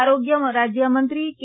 આરોગ્ય રાજ્યમંત્રી કે